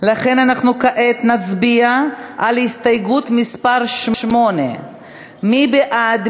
לכן נצביע על הסתייגות מס' 8 של חברי הכנסת איימן עודה,